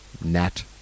Nat